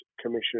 Commission